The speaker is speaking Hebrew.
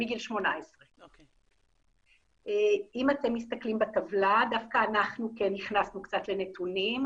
מגיל 18. אם אתם מסתכלים בטבלה דווקא אנחנו כן נכנסנו קצת לנתונים,